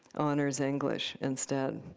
honors english instead.